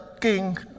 king